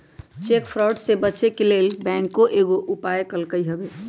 cheque fraud से बचे के लेल बैंकों कयगो उपाय कलकइ हबे